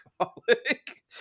alcoholic